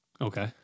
Okay